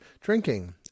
drinking